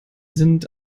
sind